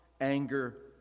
anger